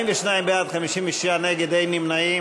42 בעד, 57 נגד, אין נמנעים.